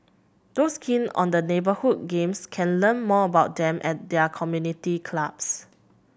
those keen on the neighbourhood games can learn more about them at their community clubs